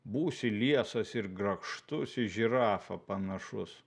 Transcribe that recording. būsi liesas ir grakštus į žirafą panašus